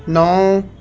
ਨੌ